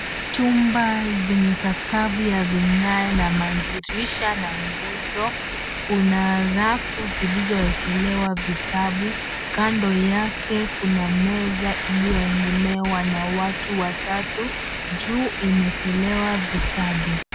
Chumba zenye sakafu ya vigae na madirisha na nguzo. Kuna rafu zilizoekelewa vitabu. Kando yake kuna meza iliyoegemewa na watu watatu. Juu imeekelewa vitabu.